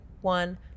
one